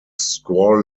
squall